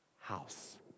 house